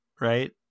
right